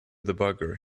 debugger